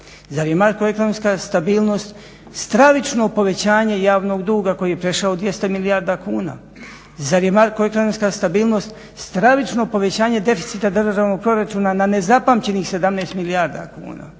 Zar je makroekonomska stabilnost stravično povećanje javnog duga koji je prešao 200 milijardi kuna? Zar je makroekonomska stabilnost stravično povećanje deficita državnog proračuna na nezapamćenih 17 milijardi kuna?